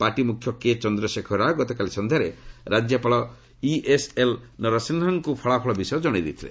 party ମୁଖ୍ୟ K Chandrashekar Rao ଗତକାଲି ସନ୍ଧ୍ୟାରେ ରାଜ୍ୟପାଳ ଇଏସ୍ଏଲ୍ ନରସିଂହନ୍ଙ୍କୁ ଫଳାଫଳ ବିଷୟ ଜଣାଇଥିଲେ